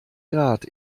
grad